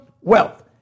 wealth